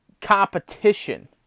competition